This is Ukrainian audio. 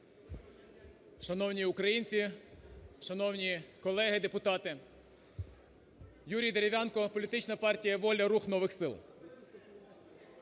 Шановні українці! Шановні колеги, депутати! Юрій Дерев'янко, політична партія "Воля-Рух нових сил".